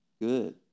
Good